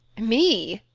me!